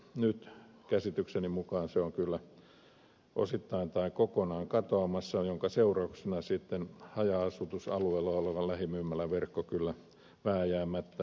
nyt käsitykseni mukaan se on kyllä osittain tai kokonaan katoamassa minkä seurauksena sitten haja asutusalueella oleva lähimyymäläverkko kyllä vääjäämättä supistuu